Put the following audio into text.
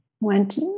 went